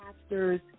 pastors